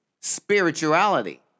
spirituality